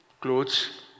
clothes